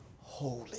holy